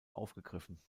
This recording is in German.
aufgegriffen